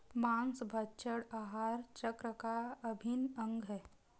माँसभक्षण आहार चक्र का अभिन्न अंग है